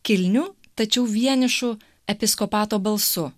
kilniu tačiau vienišu episkopato balsu